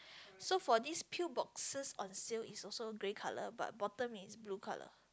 so for this pill boxes on sale is also grey color but bottom is blue color